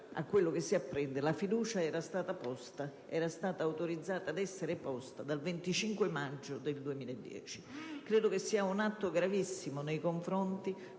a quel che si apprende, la fiducia era stata autorizzata ad essere posta dal 25 maggio del 2010. Credo sia un atto gravissimo nei confronti